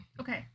Okay